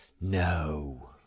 No